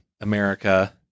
america